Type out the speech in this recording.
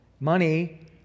Money